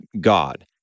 God